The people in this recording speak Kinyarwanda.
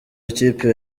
w’ikipe